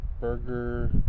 burger